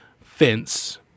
fence